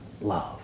love